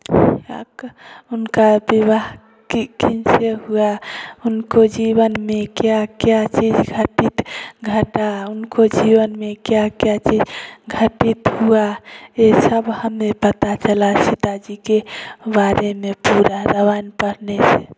आपका उनका विवाह किन से हुआ उनको जीवन में क्या क्या चीज़ घटित घटा उनको जीवन में क्या क्या चीज़ घटित हुआ ये सब हमें पता चला सीता जी के बारे में पूरा रामायण पढ़ने से